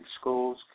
schools